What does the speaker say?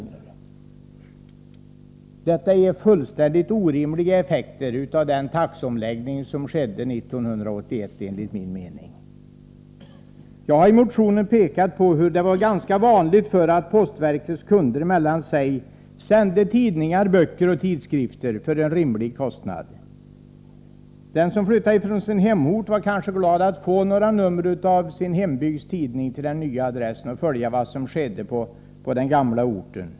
Det är enligt min mening en fullständigt orimlig effekt av den taxeomläggning som skedde 1981. Jag har i min motion pekat på att det förr var ganska vanligt att postverkets kunder mellan sig sände tidningar, böcker och tidskrifter till en rimlig kostnad. Den som flyttat från sin hemort var kanske glad att få några nummer av sin hembygds tidning till sin nya adress för att kunna följa med vad som hände där.